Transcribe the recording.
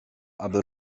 aby